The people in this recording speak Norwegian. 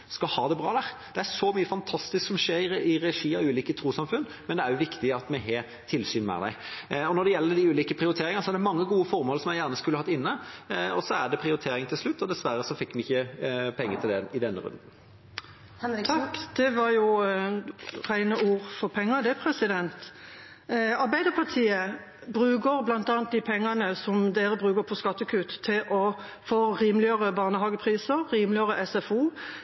skal ha det bra der. Det er så mye fantastisk som skjer i regi av ulike trossamfunn, men det er også viktig at vi har tilsyn med dem. Når det gjelder de ulike prioriteringene, er det mange gode formål som jeg gjerne skulle hatt inne. Så er det til slutt en prioritering, og dessverre fikk vi ikke penger til dem i denne runden. Takk, det var jo rene ord for pengene, det. Arbeiderpartiet bruker bl.a. de pengene som regjeringa bruker på skattekutt, til å gjøre barnehageprisene rimeligere, gjøre SFO